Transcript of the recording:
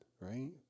right